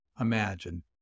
Imagine